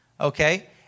Okay